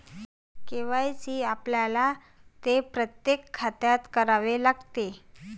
KYC आपल्याला ते प्रत्येक खात्यात करावे लागते